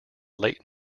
late